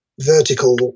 vertical